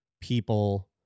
people